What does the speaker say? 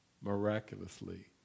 miraculously